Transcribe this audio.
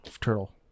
turtle